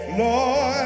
lord